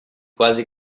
quasi